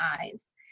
eyes